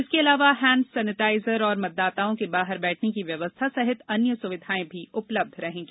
इसके अलावा hand sanitiser और मतदाताओं के बाहर बैठने की व्यवस्था सहित अन्य सुविधाएं भी उपलब्ध रहेंगी